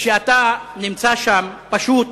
שכשאתה נמצא שם פשוט